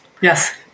Yes